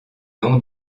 nom